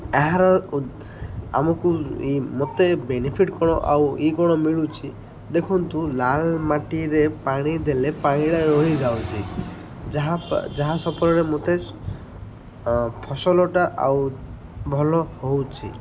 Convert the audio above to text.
ଏହାର ଆମକୁ ମୋତେ ବେନିଫିଟ୍ କ'ଣ ଆଉ ଇଏ କ'ଣ ମିଳୁଛିି ଦେଖନ୍ତୁ ଲାଲ ମାଟିରେ ପାଣି ଦେଲେ ପାଣିଟା ରହିଯାଉଛି ଯାହା ଯାହା ସଫଳରେ ମୋତେ ଫସଲଟା ଆଉ ଭଲ ହେଉଛିି